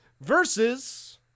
versus